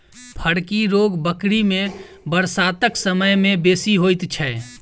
फड़की रोग बकरी मे बरसातक समय मे बेसी होइत छै